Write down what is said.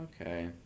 Okay